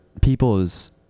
people's